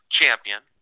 champion